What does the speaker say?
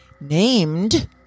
named